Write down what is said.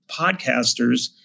podcasters